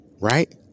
Right